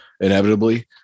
inevitably